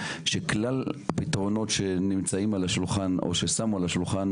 שכלל הפתרונות שנמצאים על השולחן או ששמו על השולחן,